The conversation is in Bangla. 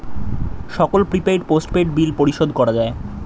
সকল প্রিপেইড, পোস্টপেইড বিল পরিশোধ করা যায়